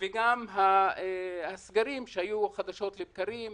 היו סגרים חדשות לבקרים,